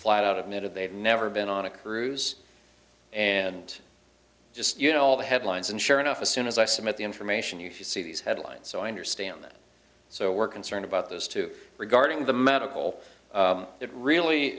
flat out of native they've never been on a cruise and just you know all the headlines and sure enough as soon as i submit the information you see these headlines so i understand that so we're concerned about those two regarding the medical that really